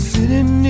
Sitting